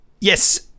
Yes